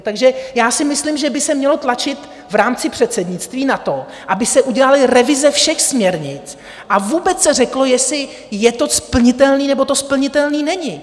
Takže si myslím, že by se mělo tlačit v rámci předsednictví na to, aby se udělaly revize všech směrnic a vůbec se řeklo, jestli je to splnitelné, nebo to splnitelné není.